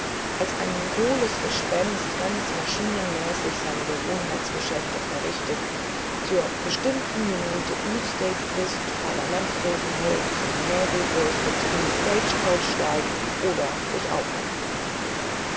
als ein hohles gespenst ganz maschinenmäßig seine gewohnheitsgeschäfte verrichtet zur bestimmten minute beefsteake frißt parlamentsreden hält seine nägel bürstet in die stage coach steigt oder sich aufhängt